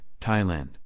Thailand